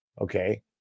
okay